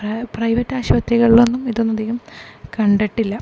private ആശുപത്രികളിലൊന്നും ഇതൊന്നും അധികം കണ്ടിട്ടില്ല